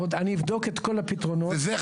אני גם